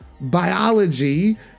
biology